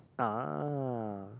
ah